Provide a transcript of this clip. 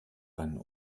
einen